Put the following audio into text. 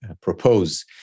propose